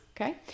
Okay